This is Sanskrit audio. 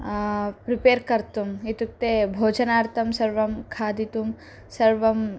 प्रिपेर् कर्तुम् इत्युक्ते भोजनार्थं सर्वं खादितुं सर्वं